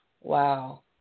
Wow